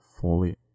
fully